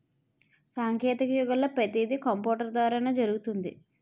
సాంకేతిక యుగంలో పతీది కంపూటరు ద్వారానే జరుగుతుంది